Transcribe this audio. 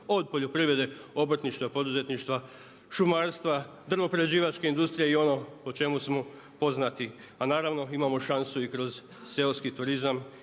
od poljoprivrede, obrtništva, poduzetništva, šumarstva, drvno prerađivačke industrije i ono o čemu smo poznati a naravno imamo šansu i kroz seoski turizam